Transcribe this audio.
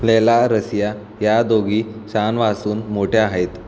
लैला रसिया या दोघी शानवासहून मोठ्या आहेत